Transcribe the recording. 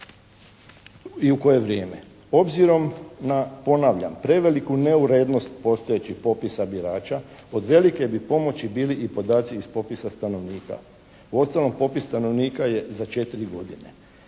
i u koje vrijeme. Obzirom na, ponavljam, preveliku neurednost postojećih popisa birača od velike bi pomoći bili i podaci iz popisa stanovnika. Uostalom, popis stanovnika je za 4 godine